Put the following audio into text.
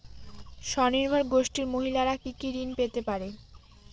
স্বনির্ভর গোষ্ঠীর মহিলারা কি কি ঋণ পেতে পারে?